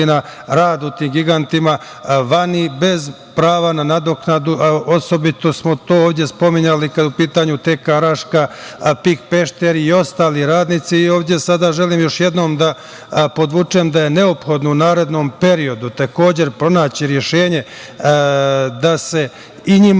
rada u tim gigantima, vani, bez prava na nadoknadu. Osobito smo to ovde spominjali kada je u pitanju PIK Pešter i ostali radnici. Sada ovde želim još jednom da podvučem da je neophodno da u narednom periodu takođe pronađi rešenje, da se i njima